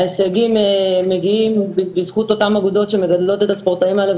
ההישגים מגיעים בזכות אותן אגודות שמגדלות את הספורטאים האלה.